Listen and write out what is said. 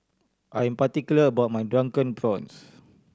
I am particular about my Drunken Prawns